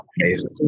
amazing